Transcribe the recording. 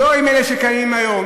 לא עם אלה שמכהנים היום,